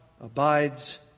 abides